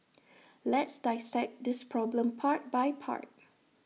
let's dissect this problem part by part